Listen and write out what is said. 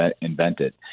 invented